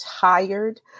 tired